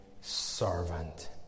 servant